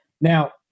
Now